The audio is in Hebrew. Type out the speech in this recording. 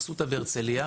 אסותא והרצליה.